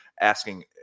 asking